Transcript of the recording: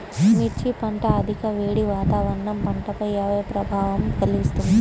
మిర్చి పంట అధిక వేడి వాతావరణం పంటపై ఏ ప్రభావం కలిగిస్తుంది?